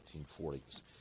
1940s